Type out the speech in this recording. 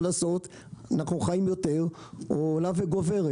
מה לעשות, אנחנו חיים יותר שנים והתחולה עולה.